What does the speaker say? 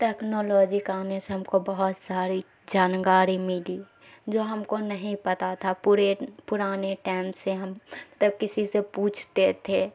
technology کا آنے سے ہم کو بہت ساری جانکاری ملی جو ہم کو نہیں پتہ تھا پورے پرانے ٹائم سے ہم تب کسی سے پوچھتے تھے